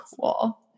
cool